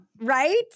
Right